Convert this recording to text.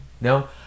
no